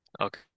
Okay